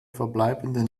verbleibenden